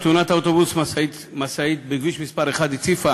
תאונת האוטובוס משאית בכביש מס' 1 הציפה